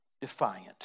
defiant